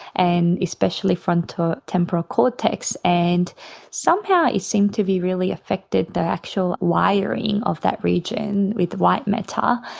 and especially frontal temporal cortex, and somehow it seems to be really affected, the actual wiring of that region, with white matter,